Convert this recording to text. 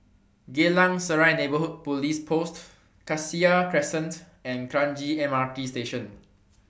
Geylang Serai Neighbourhood Police Post Cassia Crescent and Kranji MRT Station